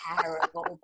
terrible